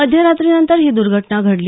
मध्यरात्रीनंतर ही दुर्घटना घडली